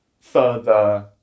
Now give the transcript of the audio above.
further